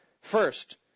First